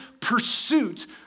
pursuit